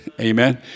amen